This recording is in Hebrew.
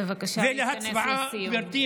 ולהצבעה, בבקשה להתכנס לסיום.